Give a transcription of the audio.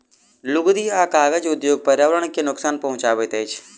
लुगदी आ कागज उद्योग पर्यावरण के नोकसान पहुँचाबैत छै